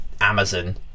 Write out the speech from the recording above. amazon